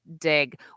dig